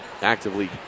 actively